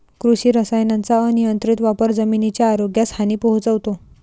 कृषी रसायनांचा अनियंत्रित वापर जमिनीच्या आरोग्यास हानी पोहोचवतो